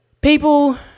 People